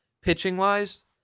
pitching-wise